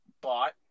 bought